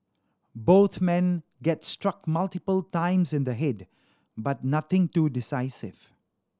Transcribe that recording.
both men get struck multiple times in the head but nothing too decisive